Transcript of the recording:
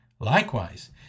Likewise